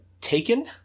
Taken